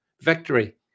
victory